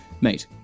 mate